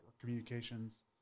Communications